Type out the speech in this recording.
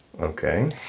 Okay